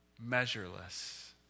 measureless